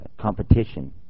Competition